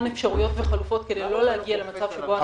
אפשרויות וחלופות כדי לא להגיע למצב הזה.